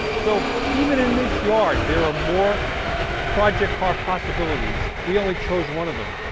so even in this yard, there are more project car possibilities we only chose one of them.